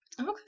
Okay